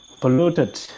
polluted